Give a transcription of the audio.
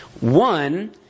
One